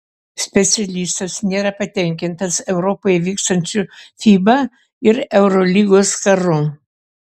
specialistas nėra patenkintas europoje vykstančiu fiba ir eurolygos karu